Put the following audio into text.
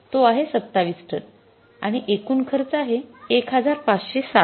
तो आहे २७ टन आणि एकूण खर्च आहे १५६०